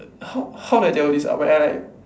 how how do I tell this ah when I like